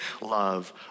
love